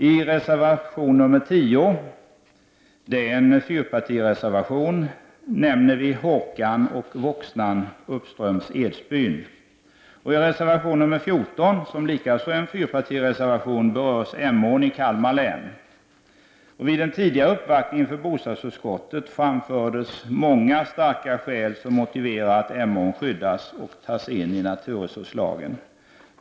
I reservation 10, som är en fyrpartireservation, nämns Hårkan och Voxnan uppströms Edsbyn. I reservation 14, likaså en fyrpartireservation, berörs Emån i Kalmar län. Vid en tidigare uppvaktning inför bostadsutskottet framfördes många starka skäl till att Emån skall skyddas och tas in i naturresurslagen.